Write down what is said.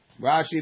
Rashi